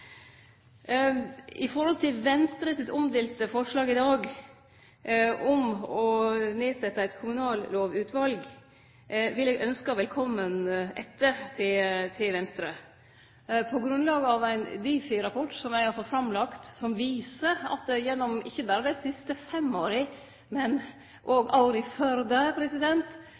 I forhold til Venstre sitt omdelte forslag i dag om å setje ned eit kommunallovutval, vil eg ynskje velkomen etter til Venstre. På grunnlag av ein Difi-rapport som eg har fått framlagt, som viser at det gjennom ikkje berre dei siste fem åra, men òg åra før